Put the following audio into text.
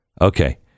okay